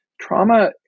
Trauma